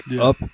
up